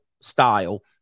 style